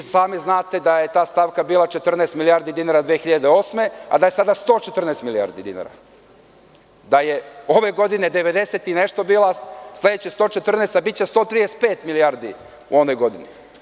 Vi sami znate da je ta stavka bila 14 milijardi dinara 2008. godine, a da je sada 114 milijardi dinara, da je ove godine 90 i nešto bila, sledeće 114, a biće 135 milijardi u sledećoj godini.